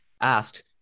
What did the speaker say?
asked